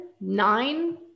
nine